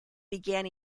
began